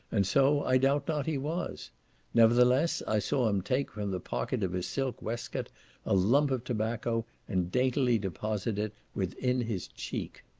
and so i doubt not he was nevertheless, i saw him take from the pocket of his silk waistcoat a lump of tobacco, and daintily deposit it within his cheek.